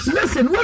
Listen